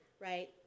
right